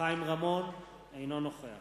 חיים רמון, אינו נוכח